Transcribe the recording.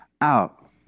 out